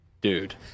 dude